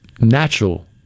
natural